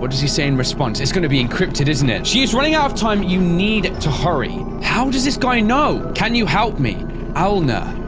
what does he say in response it's gonna be encrypted isn't it? she's running out of time you need to hurry how does this guy know can you help me owl know?